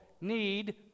need